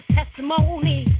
Testimony